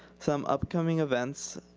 some upcoming events,